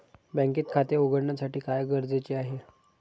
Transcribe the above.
बँकेत खाते उघडण्यासाठी काय गरजेचे आहे?